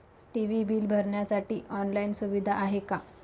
TV bill भरण्यासाठी online सुविधा आहे का?